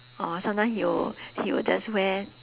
or sometime he will he will just wear